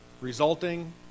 resulting